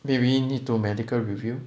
maybe need to medical review